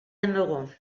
aimeront